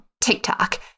TikTok